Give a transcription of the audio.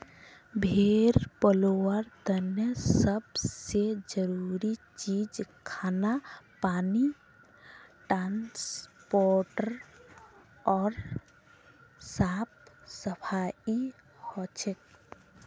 भेड़ पलवार तने सब से जरूरी चीज खाना पानी ट्रांसपोर्ट ओर साफ सफाई हछेक